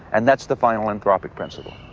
and that's the final anthropic principle.